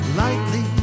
lightly